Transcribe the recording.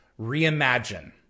reimagine